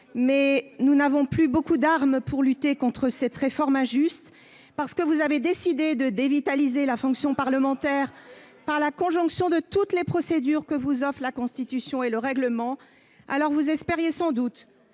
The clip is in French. nous n'avons plus beaucoup d'armes pour lutter contre cette réforme injuste parce que vous avez décidé de dévitaliser la fonction parlementaire par la conjonction de toutes les procédures que vous offrent la Constitution et le règlement. C'est du comique de